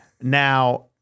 Now